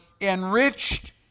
enriched